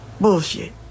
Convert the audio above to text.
Bullshit